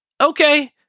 okay